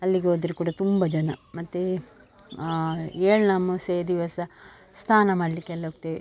ಅಲ್ಲಿಗೆ ಹೋದ್ರೆ ಕೂಡ ತುಂಬ ಜನ ಮತ್ತು ಎಳ್ಳಮಾಸ್ಯೆಯ ದಿವಸ ಸ್ನಾನ ಮಾಡಲಿಕ್ಕೆಲ್ಲ ಹೋಗ್ತೇವೆ